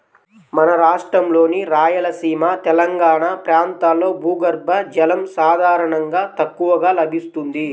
మన రాష్ట్రంలోని రాయలసీమ, తెలంగాణా ప్రాంతాల్లో భూగర్భ జలం సాధారణంగా తక్కువగా లభిస్తుంది